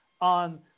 on